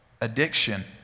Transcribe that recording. addiction